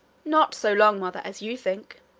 not so long, mother, as you think,